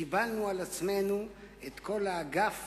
קיבלנו על עצמנו את כל האגף